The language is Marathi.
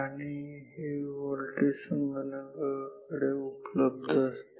आणि हे व्होल्टेज संगणकाकडे उपलब्ध असतील